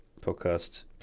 podcast